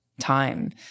time